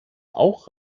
auch